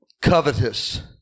covetous